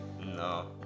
no